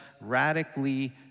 radically